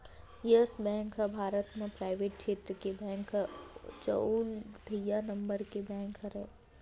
yes Bank ह भारत म पराइवेट छेत्र के बेंक म चउथइया नंबर के बेंक हरय